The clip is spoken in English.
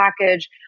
package